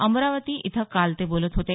अमरावती इथं काल ते बोलत होते